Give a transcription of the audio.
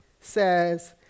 says